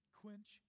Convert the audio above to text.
quench